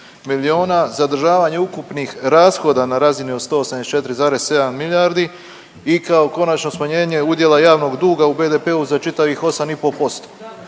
miliona, zadržavanje ukupnih rashoda na razini od 184,7 milijardi i kao konačno smanjenje udjela javnog duga u BDP-u za čitavih 8,5%.